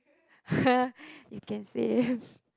you can save